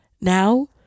Now